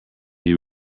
you